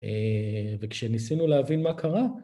וכשניסינו להבין מה קרה...